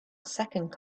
second